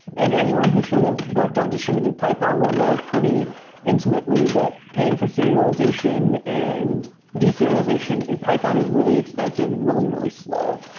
and anyone who sort of worked on distributed python will know pretty intimately that paying for serialization and deserialization in python is really expensive and really, really slow.